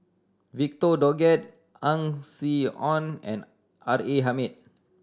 Victor Doggett Ang Swee Aun and R A Hamid